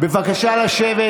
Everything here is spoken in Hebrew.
בבקשה לשבת.